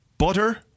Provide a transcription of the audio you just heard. Butter